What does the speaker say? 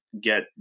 get